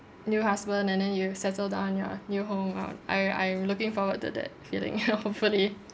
new husband and then you settle down in your new home uh I I'm looking forward to that feeling hopefully